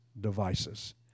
devices